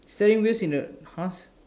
saying this in a house